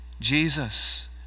Jesus